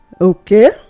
Okay